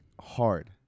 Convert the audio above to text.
hard